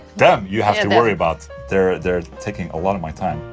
them, you have to worry about they're they're taking a lot of my time,